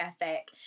ethic